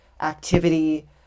activity